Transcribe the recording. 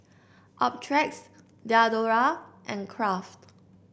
Optrex Diadora and Kraft